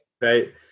Right